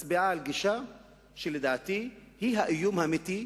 היא מצביעה על גישה שלדעתי היא האיום האמיתי.